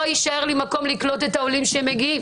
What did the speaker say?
לא יישאר לי מקום לקלוט את העולים שמגיעים.